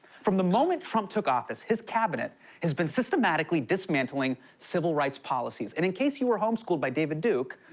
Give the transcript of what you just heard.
from the moment trump took office, his cabinet has been systematically dismantling civil rights policies. and in case you were homeschooled by david duke,